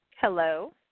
hello